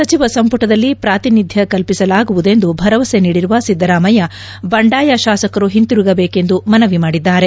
ಸಚಿವ ಸಂಪುಟದಲ್ಲಿ ಪ್ರಾತಿನಿದ್ಯ ಕಲ್ಪಿಸಲಾಗುವುದೆಂದು ಭರವಸೆ ನೀಡಿರುವ ಸಿದ್ದರಾಮಯ್ಯ ಬಂಡಾಯ ಶಾಸಕರು ಹಿಂತಿರುಗಬೇಕೆಂದು ಮನವಿ ಮಾಡಿದ್ದಾರೆ